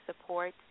support